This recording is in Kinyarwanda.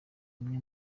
imwe